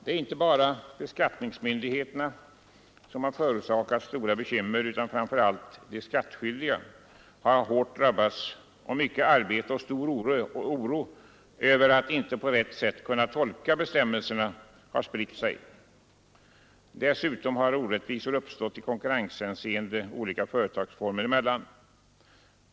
Det är inte bara beskattningsmyndigheterna som förorsakats stora bekymmer, utan framför allt de skattskyldiga har hårt drabbats. Skatten har förorsakat mycket arbete, och stor oro över att inte på rätt sätt kunna tolka bestämmelserna har spritt sig. Dessutom har orättvisor uppstått i konkurrenshänseende olika företagsformer emellan.